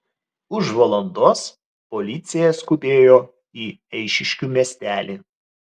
už valandos policija skubėjo į eišiškių miestelį